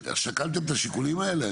שקלתם את השיקולים האלה?